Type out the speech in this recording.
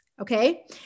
Okay